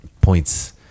points